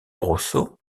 grosso